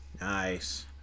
Nice